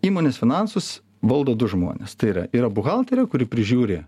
įmonės finansus valdo du žmonės tai yra yra buhalterė kuri prižiūri